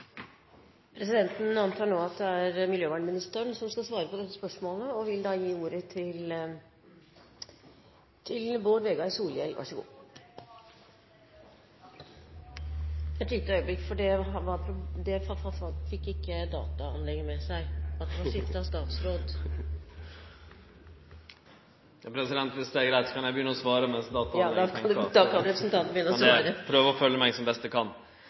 Presidenten antar nå at det er miljøvernministeren som skal svare på dette spørsmålet, og vil da gi ordet til Bård Vegar Solhjell. – Et lite øyeblikk, for dataanlegget fikk ikke med seg at det var skiftet statsråd. Viss det er greitt, kan eg begynne å svare. Ja, da kan statsråden begynne å svare. Dataanlegget får prøve å følgje meg som best det kan.